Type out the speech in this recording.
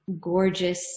gorgeous